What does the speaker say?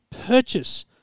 purchase